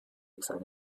excited